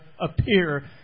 appear